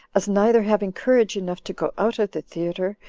as neither having courage enough to go out of the theater,